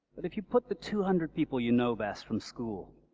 but if you put the two hundred people you know best from school,